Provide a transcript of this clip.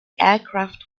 aircraft